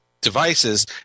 devices